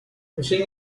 fishing